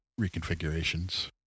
reconfigurations